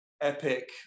epic